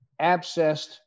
abscessed